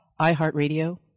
iHeartRadio